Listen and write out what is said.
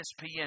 ESPN